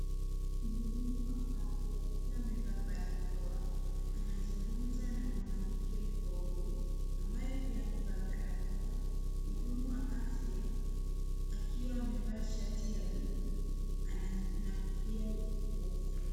Mhudumu wa afya akiwa amevaa barakoa anazungumza na mwanamke mkongwe ambaye pia amevaa barakoa. Mhudumu wa afya akiwa amevaa shati ya buluu na kofia ya nyeusi.